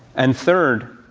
and third,